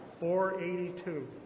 482